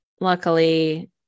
luckily